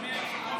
אדוני היושב-ראש,